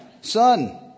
son